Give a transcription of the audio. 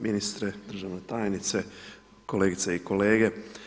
Ministre, državna tajnice, kolegice i kolege.